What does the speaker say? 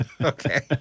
Okay